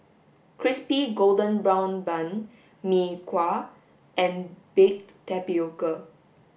crispy golden brown bun Mee Kuah and baked tapioca